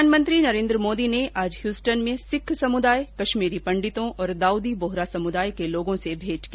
प्रधानमंत्री नरेन्द्र मोदी ने आज ह्यूस्टन में सिख समुदाय कश्मीरी पंडितों और दाउदी बोहरा समुदाय के लोगों से मेंट की